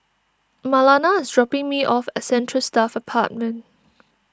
Marlana is dropping me off at Central Staff Apartment